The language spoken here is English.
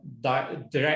direct